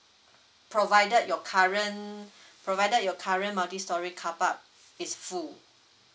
provided your current provided your current multistorey car park is full